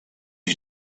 you